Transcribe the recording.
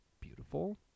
beautiful